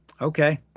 Okay